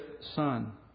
son